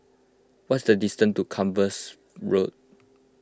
what is the distance to Compassvale Road